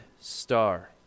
star